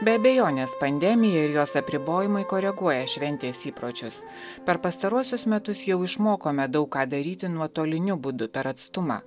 be abejonės pandemija ir jos apribojimai koreguoja šventės įpročius per pastaruosius metus jau išmokome daug ką daryti nuotoliniu būdu per atstumą